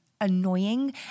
annoying